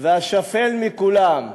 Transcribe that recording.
והשפל מכולם.